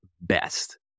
best